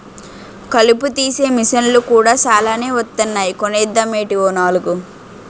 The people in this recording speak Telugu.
కలుపు తీసే మిసన్లు కూడా సాలానే వొత్తన్నాయ్ కొనేద్దామేటీ ఓ నాలుగు?